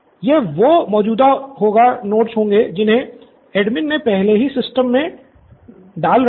यह वो मौजूदा होगा नोट्स होंगे जिन्हे एडमिन ने पहले ही सिस्टम मे डाल रखा है